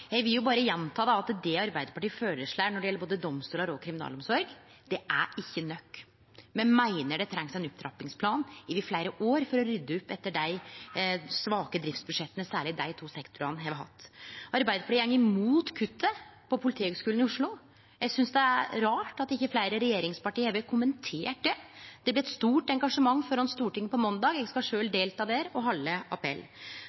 Eg vil berre gjenta at det Arbeidarpartiet føreslår når det gjeld både domstolar og kriminalomsorg, ikkje er nok. Me meiner at det trengst ein opptrappingsplan over fleire år for å rydde opp etter dei svake driftsbudsjetta særleg dei to sektorane har hatt. Arbeidarpartiet går imot kuttet ved Politihøgskolen i Oslo. Eg synest det er rart at ikkje fleire regjeringsparti har kommentert det. Det blir eit stort engasjement framfor Stortinget på måndag. Eg skal sjølv delta der og halde ein appell.